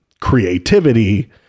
creativity